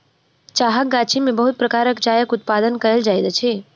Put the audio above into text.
चाहक गाछी में बहुत प्रकारक चायक उत्पादन कयल जाइत अछि